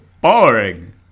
boring